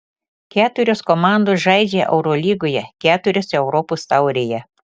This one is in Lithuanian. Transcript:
keturios komandos žaidžia eurolygoje keturios europos taurėje